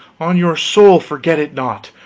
on your soul forget it not!